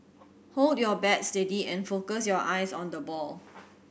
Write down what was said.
hold your bat steady and focus your eyes on the ball